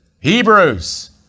Hebrews